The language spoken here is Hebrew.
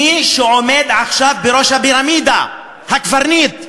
מי שעומד עכשיו בראש הפירמידה, הקברניט,